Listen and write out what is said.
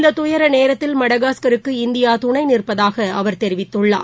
இந்த துயர நேரத்தில் மடகாஸ்கருக்கு இந்தியா துணை நிற்பதாக அவர் தெரிவித்துள்ளார்